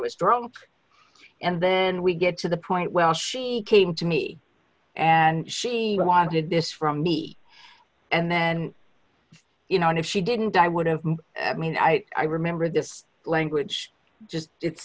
was drunk and then we get to the point where she came to me and she wanted this from me and then you know and if she didn't i would have mean i i remember this language just it's